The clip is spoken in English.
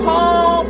Call